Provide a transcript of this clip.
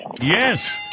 Yes